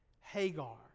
Hagar